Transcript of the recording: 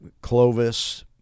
Clovis